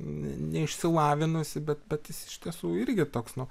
ne neišsilavinusį bet iš tiesų irgi toks nu